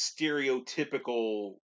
stereotypical